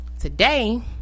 today